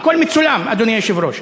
אדוני היושב-ראש,